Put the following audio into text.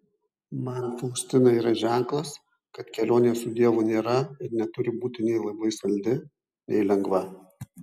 man faustina yra ženklas kad kelionė su dievu nėra ir neturi būti nei labai saldi nei lengva